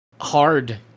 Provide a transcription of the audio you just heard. hard